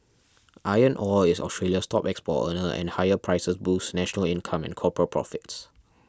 iron ore is Australia's top export earner and higher prices boosts national income and corporate profits